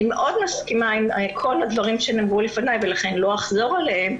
אני מאוד מסכימה עם כל הדברים שנאמרו לפניי ולכן לא אחזור עליהם,